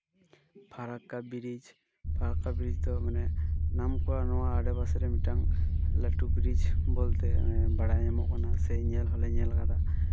ᱯᱷᱟᱨᱟᱠᱠᱟ bridge Farakka bridge ᱫᱚ ᱢᱟᱱᱮ ᱱᱟᱢ ᱠᱚᱨᱟ ᱱᱚᱣᱟ ᱟᱰᱮᱯᱟᱥᱮ ᱨᱮ ᱢᱤᱫᱴᱟᱝ ᱞᱟᱹᱴᱩ ᱵᱨᱤᱡᱽ ᱵᱚᱞᱛᱮ ᱵᱟᱲᱟᱭ ᱧᱟᱢᱚᱜ ᱠᱟᱱᱟ ᱥᱮ ᱧᱮᱞ ᱦᱚᱸᱞᱮ ᱧᱮᱞ ᱠᱟᱫᱟ